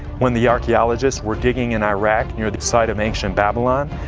when the archaeologists were digging in iraq near the site of ancient babylon,